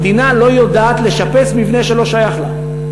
המדינה לא יודעת לשפץ מבנה שלא שייך לה.